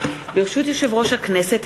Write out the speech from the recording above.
ברשות יושב-ראש הכנסת,